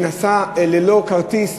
נסע ללא כרטיס,